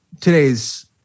today's